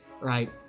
right